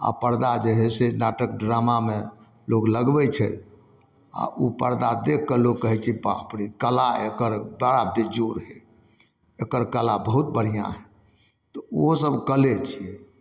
आओर परदा जे हइ से नाटक ड्रामामे लोक लगबै छै आओर ओ परदा देखिकऽ लोक कहै छै बाप रे कला एकर बड़ा बेजोड़ हइ एकर कला बहुत बढ़िआँ हइ तऽ ओहोसब कले छिए